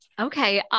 Okay